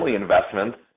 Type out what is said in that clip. investments